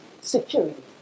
security